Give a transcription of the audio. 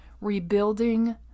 rebuilding